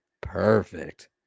perfect